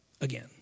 Again